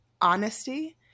honesty